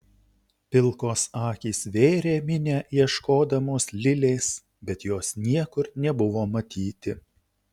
pilkos akys vėrė minią ieškodamos lilės bet jos niekur nebuvo matyti